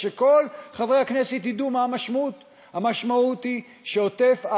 שכל חברי הכנסת ידעו מה המשמעות: המשמעות היא שעוטף-עזה,